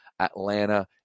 atlanta